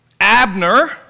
Abner